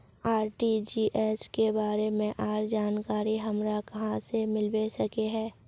RTGS के बारे में आर जानकारी हमरा कहाँ से मिलबे सके है?